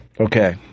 Okay